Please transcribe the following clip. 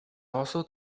also